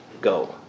go